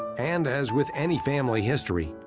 and as with any family history,